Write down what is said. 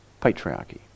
patriarchy